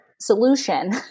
solution